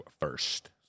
first